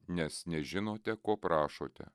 nes nežinote ko prašote